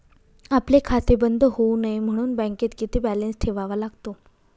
आपले खाते बंद होऊ नये म्हणून बँकेत किती बॅलन्स ठेवावा लागतो?